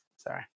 Sorry